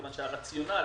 כיוון שהרציונל,